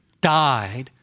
died